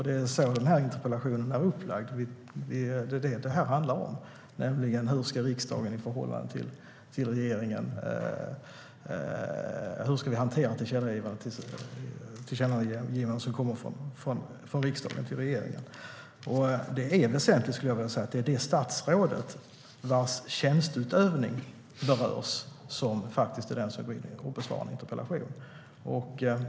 Det är det interpellationen handlar om, nämligen hur regeringen ska hantera tillkännagivanden som kommer från riksdagen till regeringen. Jag skulle vilja säga att det är väsentligt att det är det statsråd vars tjänsteutövning som berörs som är den som går in och besvarar en interpellation.